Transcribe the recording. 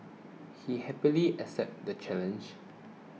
he happily accepted the challenge